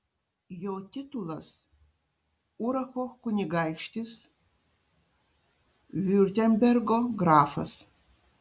jo titulas uracho kunigaikštis viurtembergo grafas